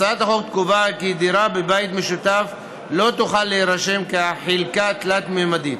הצעת החוק קובעת כי דירה בבית משותף לא תוכל להירשם כחלקה תלת-ממדית.